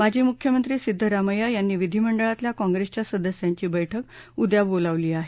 माजी मुख्यमंत्री सिद्धरामय्या यांनी विधीमंडळातल्या काँग्रेसच्या सदस्यांची बैठक उद्या बोलावली आहे